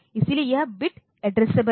इसलिए यह bit addressable है